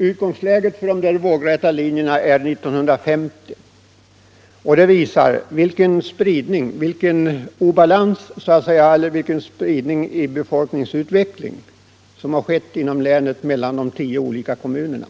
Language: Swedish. Utgångsläget för de vågräta linjerna är 1950. Bilden visar för det första obalansen, eller spridningen, i befolkningsutvecklingen i de tio olika kommunerna inom länet.